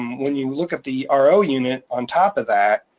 um when you look up the ah ro unit on top of that,